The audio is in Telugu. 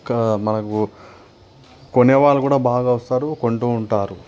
ఇంకా మనకు కొనేవాళ్ళు కూడా బాగా వస్తారు కొంటూ ఉంటారు